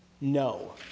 No